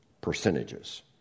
percentages